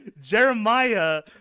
Jeremiah